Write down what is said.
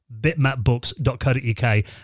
bitmapbooks.co.uk